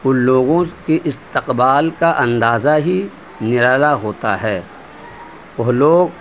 ان لوگوں کے استقبال کا اندازہ ہی نرالا ہوتا ہے وہ لوگ